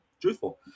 truthful